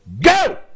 Go